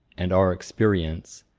and our experience,